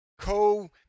co